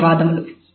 ధన్యవాదములు